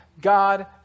God